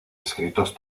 escritos